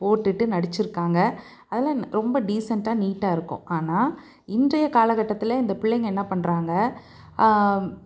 போட்டுட்டு நடிச்சிருக்காங்க அதெல்லாம் ரொம்ப டீசெண்டா நீட்டா இருக்கும் ஆனால் இன்றைய காலக்கட்டத்தில் இந்த பிள்ளைங்களை என்ன பண்ணுறாங்க